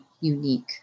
unique